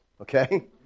okay